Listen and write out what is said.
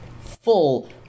full